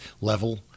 level